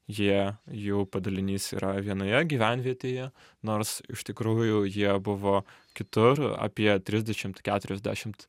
jie jų padalinys yra vienoje gyvenvietėje nors iš tikrųjų jie buvo kitur apie trisdešimt keturiasdešimt